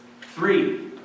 three